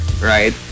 right